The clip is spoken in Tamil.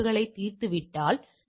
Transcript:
91 ஐ வழங்குகிறது